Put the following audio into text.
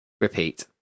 Repeat